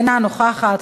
אינה נוכחת,